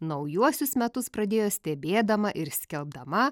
naujuosius metus pradėjo stebėdama ir skelbdama